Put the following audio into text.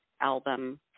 album